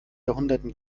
jahrhunderten